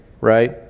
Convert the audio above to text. right